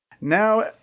Now